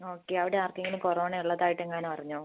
okay അവിടെ ആർക്കെങ്കിലും corona ഉള്ളതായിട്ടെങ്ങാനും അറിഞ്ഞോ